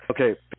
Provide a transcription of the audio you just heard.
Okay